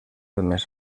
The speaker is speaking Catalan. més